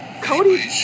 Cody